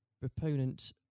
proponent